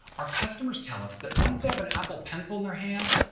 our customers tell us that once they have an apple pencil in their hand,